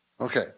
Okay